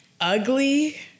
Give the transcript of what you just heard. ugly